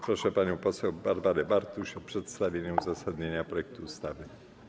Proszę panią poseł Barbarę Bartuś o przedstawienie uzasadnienia projektu ustawy.